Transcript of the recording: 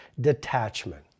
detachment